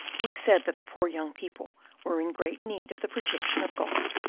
we said that the poor young people were in great need of the protection of god.